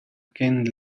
kent